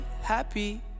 happy